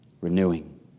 renewing